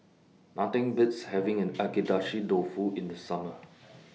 Nothing Beats having Agedashi Dofu in The Summer